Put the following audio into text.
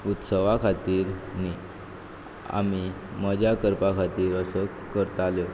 उत्सवा खातीर न्ही आमी मजा करपा खातीर असोत करताल्यो